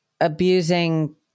abusing